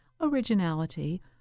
originality